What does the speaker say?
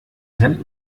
rennt